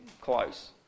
close